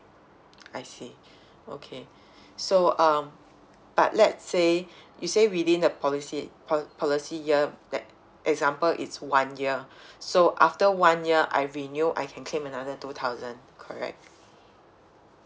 I see okay so um but let say you say within the policy po~ policy year like example it's one year so after one year I renew I can claim another two thousand correct